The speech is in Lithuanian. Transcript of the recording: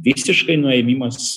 visiškai nuėmimas